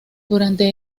durante